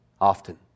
often